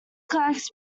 collects